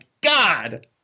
God